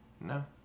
No